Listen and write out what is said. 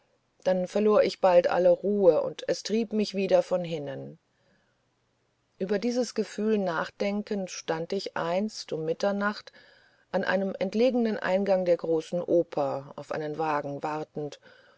dann verlor ich bald alle ruhe und es trieb mich wieder von hinnen über dieses gefühl nachdenkend stand ich einst um mitternacht an einem entlegenen eingang der großen oper auf einen wagen wartend